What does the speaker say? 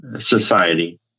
society